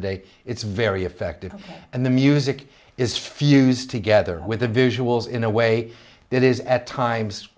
today it's very effective and the music is fused together with the visuals in a way that is at times